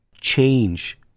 change